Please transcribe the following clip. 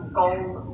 gold